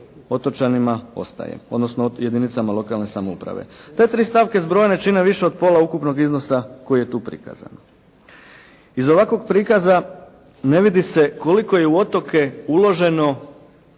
otočanima ostaje, odnosno jedinicama lokalne samouprave. Te tri stavke zbrojene čine više od pola ukupnog iznosa koji je tu prikazan. Iz ovakvog prikaza ne vidi se koliko je u otoke uloženo